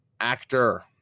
actor